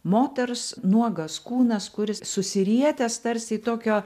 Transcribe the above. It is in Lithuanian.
moters nuogas kūnas kuris susirietęs tarsi į tokio